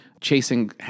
chasing